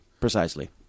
Precisely